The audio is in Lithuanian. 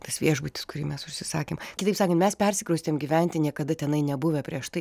tas viešbutis kurį mes užsisakėm kitaip sakant mes persikraustėm gyventi niekada tenai nebuvę prieš tai